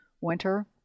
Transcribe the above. winter